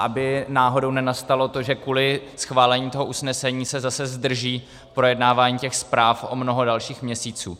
Aby náhodou nenastalo to, že kvůli schválení toho usnesení se zase zdrží projednávání těch zpráv o mnoho dalších měsíců.